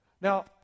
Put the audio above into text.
Now